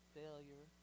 failure